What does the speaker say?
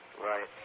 Right